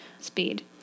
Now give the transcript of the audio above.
speed